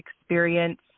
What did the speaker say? experience